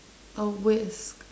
a whisk